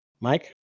Mike